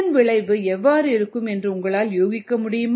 இதன் விளைவு எவ்வாறு இருக்கும் என்று உங்களால் யூகிக்க முடியுமா